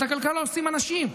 את הכלכלה עושים אנשים: